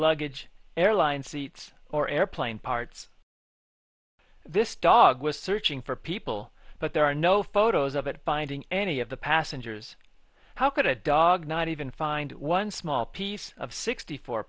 luggage airline seats or airplane parts this dog was searching for people but there are no photos of it finding any of the passengers how could a dog not even find one small piece of sixty four